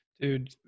Dude